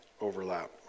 overlap